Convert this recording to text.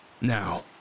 Now